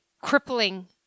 crippling